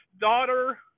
daughter